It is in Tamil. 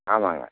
ஆமாங்க